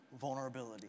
vulnerability